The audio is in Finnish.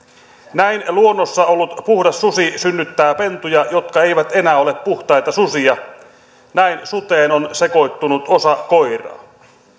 näin luonnossa ollut puhdas susi synnyttää pentuja jotka eivät enää ole puhtaita susia näin suteen on sekoittunut osa koiraa